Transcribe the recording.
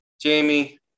Jamie